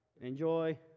enjoy